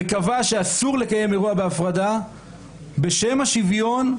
וקבע שאסור לקיים אירוע בהפרדה בשם השוויון,